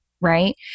right